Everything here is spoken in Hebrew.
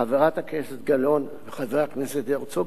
חברת הכנסת גלאון וחבר הכנסת הרצוג,